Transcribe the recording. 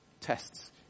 tests